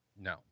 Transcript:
No